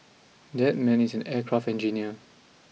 that man is an aircraft engineer